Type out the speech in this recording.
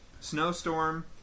snowstorm